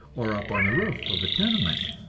or up on the roof of a tenement.